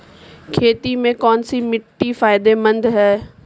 खेती में कौनसी मिट्टी फायदेमंद है?